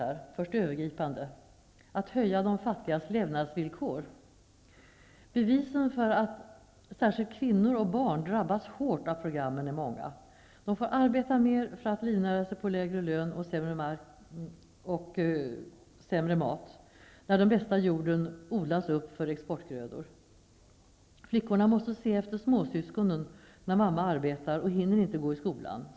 Först det övergripande målet att höja de fattigas levnadsvillkor. Bevisen för att särskilt kvinnor och barn drabbas hårt av programmen är många. De får arbeta mer för att livnära sig på lägre lön och sämre mark. Den bästa jorden odlas upp för exportgrödor. Flickorna måste se efter småsyskonen när mamma arbetar och hinner inte gå i skolan.